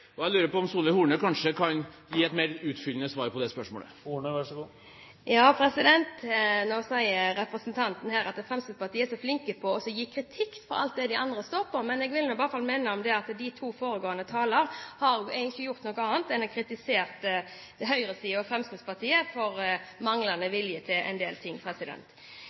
idea.» Jeg lurer på om Solveig Horne kanskje kan gi et mer utfyllende svar på det spørsmålet. Nå sier representanten her at Fremskrittspartiet er så flink til å gi kritikk for alt det alle andre står for. Men da vil jeg minne om at de to foregående talerne ikke har gjort noe annet enn å kritisere høyresiden og Fremskrittspartiet for manglende vilje til en del ting.